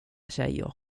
tjejer